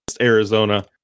Arizona